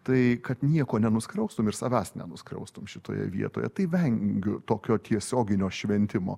tai kad nieko nenuskriaustum ir savęs nenuskriaustum šitoje vietoje tai vengiu tokio tiesioginio šventimo